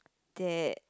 that